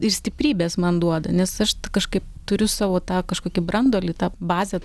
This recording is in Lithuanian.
ir stiprybės man duoda nes aš kažkaip turiu savo tą kažkokį branduolį tą bazę